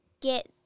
get